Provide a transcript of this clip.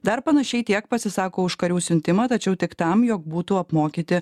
dar panašiai tiek pasisako už karių siuntimą tačiau tik tam jog būtų apmokyti